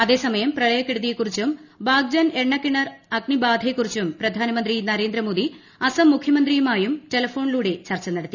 അതേസമയം പ്രളയക്കെടുതിയെ കുറിച്ചും ബാഗ്ജൻ എണ്ണക്കിണർ അഗ്നിബാധയെക്കുറിച്ചും പ്രധാനമന്ത്രി നരേന്ദ്രമോദി അസം മുഖ്യമന്ത്രിയുമായും ടെലിഫോണിലൂടെ ചർച്ചു നടത്തി